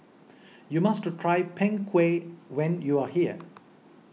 you must try Png Kueh when you are here